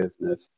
business